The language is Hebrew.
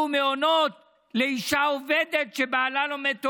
מעונות לאישה עובדת שבעלה לומד תורה?